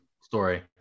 story